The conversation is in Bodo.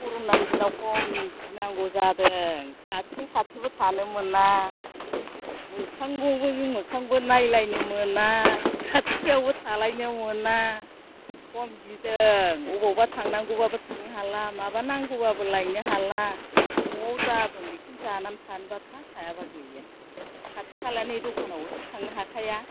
कर'नानि दिनाव खम गिनांगौ जादों खाथिजों खाथिबो थानो मोना मोखांजों मोखांबो नायलायनो मोना खाथियावबो थालायनो मोना खम गिदों अबावबा थांनांगौबाबो थांनो हाला माबा नांगौबाबो लायनो हाला न'आव जा दं बेखौनो जानानै थानोबा था थायाबा गैया खाथि खालानि दखानावबोथ' थांनो हाखाया